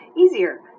easier